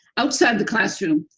outside the classroom,